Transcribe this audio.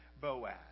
Boaz